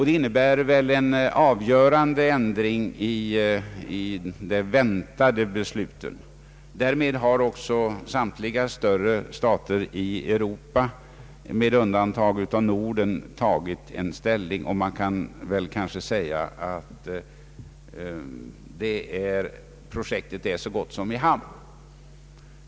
Det innebär en avgörande ändring i de väntade besluten. Därmed har också samtliga större stater i Europa med undantag av Norden tagit ställning till detta projekt, och man kan därför säga att det så gott som är i hamn.